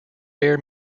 bear